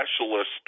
Specialist